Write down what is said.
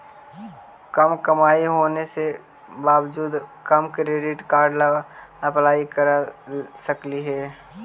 कम कमाई होने के बाबजूद हम क्रेडिट कार्ड ला अप्लाई कर सकली हे?